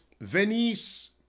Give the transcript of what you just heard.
Venice